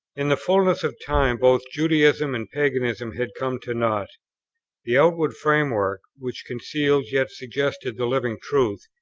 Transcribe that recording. in the fulness of time both judaism and paganism had come to nought the outward framework, which concealed yet suggested the living truth,